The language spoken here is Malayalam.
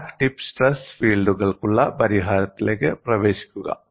ക്രാക്ക് ടിപ്പ് സ്ട്രെസ് ഫീൽഡുകൾക്കുള്ള പരിഹാരത്തിലേക്ക് പ്രവേശിക്കുക